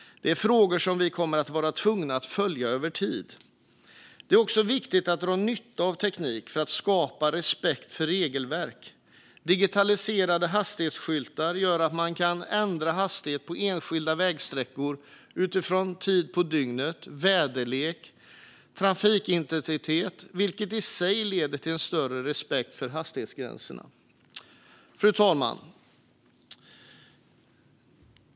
Det är frågor som vi kommer att vara tvungna att följa över tid. Det är också viktigt att dra nytta av teknik för att skapa respekt för regelverk. Digitaliserade hastighetsskyltar gör att man kan ändra hastighet på enskilda vägsträckor utifrån tid på dygnet, väderlek och trafikintensitet, vilket i sig leder till större respekt för hastighetsgränserna. Fru talman!